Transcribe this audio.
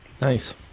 Nice